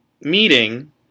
meeting